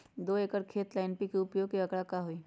दो एकर खेत ला एन.पी.के उपयोग के का आंकड़ा होई?